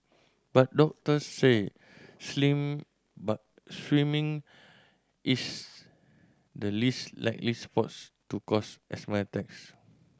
but doctors say but swimming is the least likely sports to cause asthma attacks